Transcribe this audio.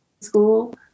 school